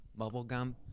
bubblegum